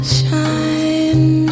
shine